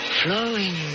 flowing